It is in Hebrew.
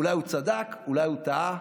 אולי הוא צדק, אולי הוא טעה,